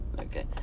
Okay